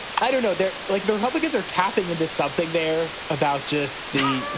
i don't know. they're like the republicans are tapping into something. they're about just the